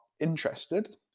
interested